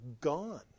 gone